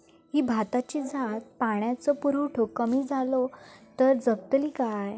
ही भाताची जात पाण्याचो पुरवठो कमी जलो तर जगतली काय?